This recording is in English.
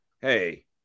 hey